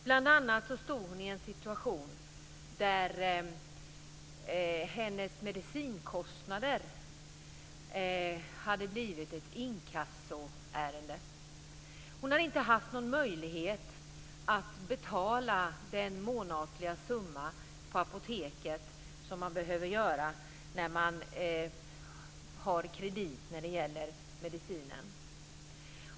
Bl.a. befann hon sig i en situation där hennes medicinkostnader hade blivit ett inkassoärende. Hon hade inte haft någon möjlighet att betala den månatliga summa på apoteket som man behöver göra när man har fått medicinen på kredit.